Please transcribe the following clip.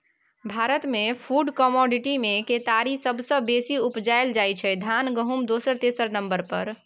भारतमे फुड कमोडिटीमे केतारी सबसँ बेसी उपजाएल जाइ छै धान गहुँम दोसर तेसर नंबर पर